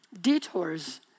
Detours